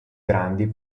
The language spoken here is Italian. grandi